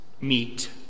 meet